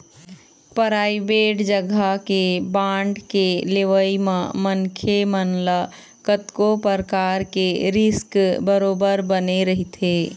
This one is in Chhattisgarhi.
पराइबेट जघा के बांड के लेवई म मनखे मन ल कतको परकार के रिस्क बरोबर बने रहिथे